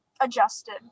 adjusted